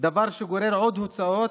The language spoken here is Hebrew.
דבר שגורר עוד הוצאות,